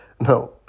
No